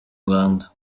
rwanda